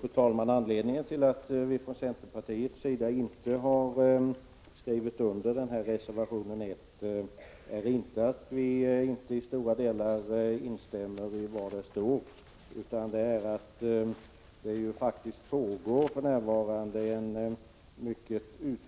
Fru talman! Anledningen till att vi i centerpartiet inte har skrivit under reservation 1 är inte att vi inte i stora delar instämmer i vad som står där, utan anledningen är att det för närvarande faktiskt pågår en mycket